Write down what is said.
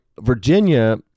Virginia